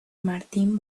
martín